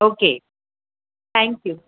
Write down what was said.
okay thank you